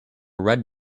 red